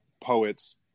poets